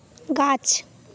গাছ